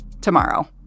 tomorrow